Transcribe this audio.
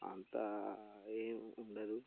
అంతా ఏం ఉండదు